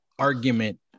argument